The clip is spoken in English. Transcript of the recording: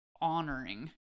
honoring